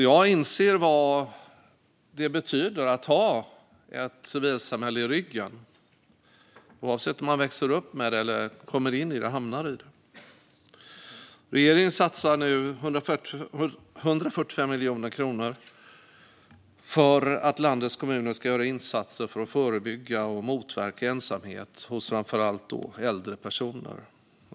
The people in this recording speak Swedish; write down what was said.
Jag inser alltså vad det betyder att ha ett civilsamhälle i ryggen, oavsett om man växer upp med det eller hamnar i det. Regeringen satsar nu 145 miljoner kronor på att landets kommuner ska göra insatser för att förebygga och motverka ensamhet hos framför allt äldre personer.